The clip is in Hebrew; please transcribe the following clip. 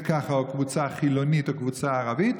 ככה לבין קבוצה חילונית או קבוצה ערבית,